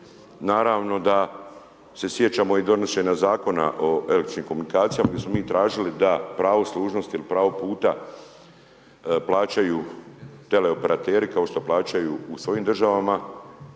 Naravno da se sjećamo i donošenja Zakona o električnim komunikacijama gdje smo mi tražili da pravo služnosti ili pravo puta plaćaju tele operateri kao što plaćaju u svojim državama.